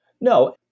No